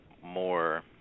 more